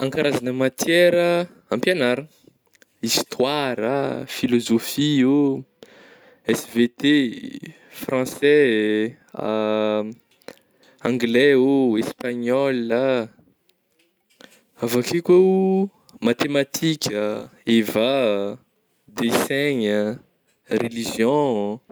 An karazagna matiera am-pianaragna histoira, filôzofia ô, SVT, français, anglais o, espagnola ah, avy akeo ko matematika, EVA, desaigna, religion.